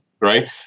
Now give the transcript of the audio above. right